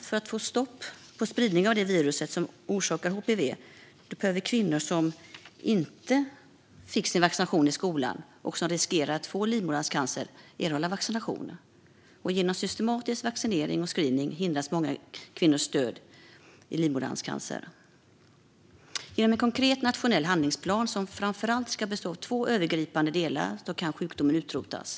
För att få stopp på spridningen av det virus som orsakar HPV behöver kvinnor som inte har fått vaccinationen i skolan och som riskerar att få livmoderhalscancer erhålla vaccination. Genom systematisk vaccinering och screening hindras många kvinnors död i livmoderhalscancer. Genom en konkret nationell handlingsplan som framför allt ska bestå av två övergripande delar kan sjukdomen utrotas.